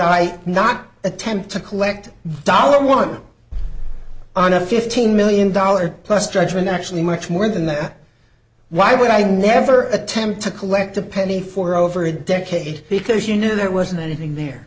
i not attempt to collect dollar one on a fifteen million dollars plus judgment actually much more than that why would i never attempt to collect a penny for over a decade because you knew there wasn't anything there